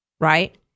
Right